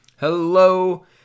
Hello